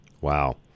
Wow